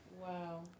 Wow